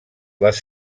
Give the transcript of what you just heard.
les